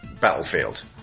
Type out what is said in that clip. Battlefield